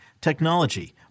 technology